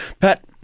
Pat